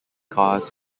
cars